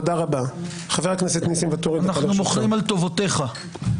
אנחנו מוחלים על טובותיך.